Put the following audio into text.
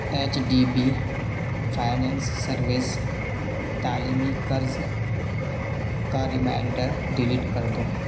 H D B finance service تعلیمی قرض کا ریمائینڈر ڈلیٹ کر دو